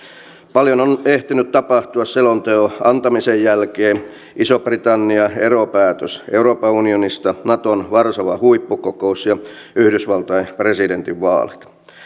paljon on ehtinyt tapahtua selonteon antamisen jälkeen ison britannian eropäätös euroopan unionista naton varsovan huippukokous ja yhdysvaltain presidentinvaalit